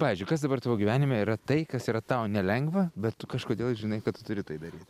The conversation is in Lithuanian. pavyzdžiui kas dabar tavo gyvenime yra tai kas yra tau nelengva bet tu kažkodėl žinai kad tu turi tai daryt